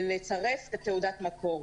לצרף תעודת מקור.